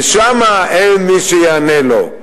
ושם אין מי שיענה לו.